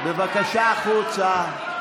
בבקשה החוצה.